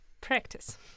practice